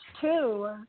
two